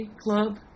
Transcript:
club